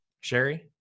Sherry